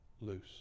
loose